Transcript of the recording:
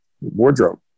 wardrobe